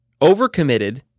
overcommitted